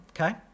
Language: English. okay